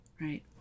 right